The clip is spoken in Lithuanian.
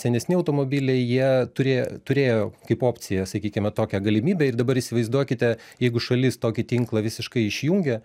senesni automobiliai jie turi turėjo kaip opciją sakykime tokią galimybę ir dabar įsivaizduokite jeigu šalis tokį tinklą visiškai išjungia